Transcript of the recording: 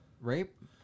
Rape